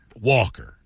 Walker